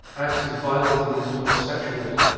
acts of violence against homosexuals,